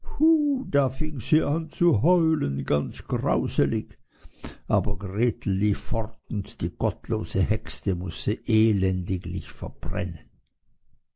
zu heulen ganz grauselig aber gretel lief fort und die gottlose hexe mußte elendiglich verbrennen